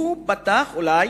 הוא בטח אמר לו: